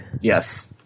Yes